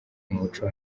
umuco